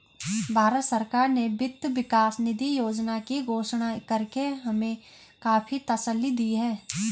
भारत सरकार ने वित्त विकास निधि योजना की घोषणा करके हमें काफी तसल्ली दी है